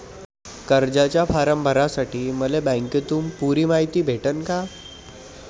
कर्जाचा फारम भरासाठी मले बँकेतून पुरी मायती भेटन का?